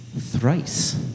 thrice